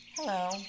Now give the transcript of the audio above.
Hello